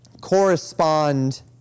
correspond